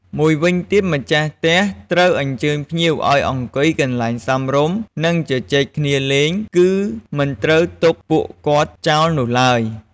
មួយវិញទៀត ម្ចាស់ផ្ទះត្រូវអញ្ចើញភ្ញៀវឱ្យអង្គុយកន្លែងសមរម្យ និង ជជែកគ្នាលេង គឺមិនត្រូវទុកពួកគាត់ចោលនោះឡើយ។